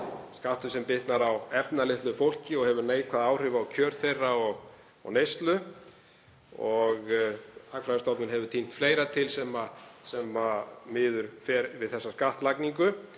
skattur sem bitnar á efnalitlu fólki og hefur neikvæð áhrif á kjör þess og neyslu. Hagfræðistofnun hefur tínt fleira til sem miður fer við þessa skattlagningu,